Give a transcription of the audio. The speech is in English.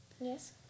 Yes